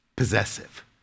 possessive